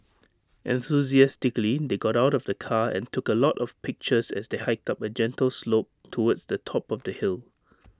enthusiastically they got out of the car and took A lot of pictures as they hiked up A gentle slope towards the top of the hill